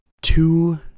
Two